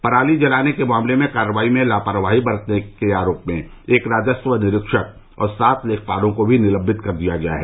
पराती जलाने के मामले में कार्रवाई में लापरवाही बरतने के आरोप में एक राजस्व निरीक्षक और सात लेखपालों को भी निलम्बित कर दिया गया है